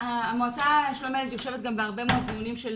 המועצה לשלום הילד יושבת גם בהרבה מאוד דיונים של